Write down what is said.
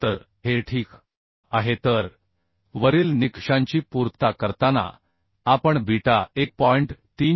तर हे ठीक आहे तर वरील निकषांची पूर्तता करताना आपण बीटा 1